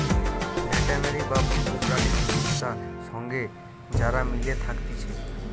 veterinary বা পশু প্রাণী চিকিৎসা সঙ্গে যারা মিলে থাকতিছে